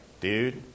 dude